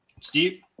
Steve